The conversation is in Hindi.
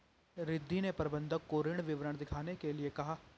रिद्धी ने प्रबंधक को ऋण विवरण दिखाने के लिए कहा